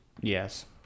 yes